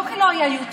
לא כי לא היה יוטיוב,